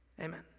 Amen